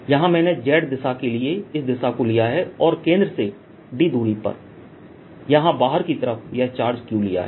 यहाँ मैंने Z दिशा के लिए इस दिशा को लिया है और केंद्र से d दूरी पर यहाँ बाहर की तरफ यह चार्ज q लिया है